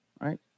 right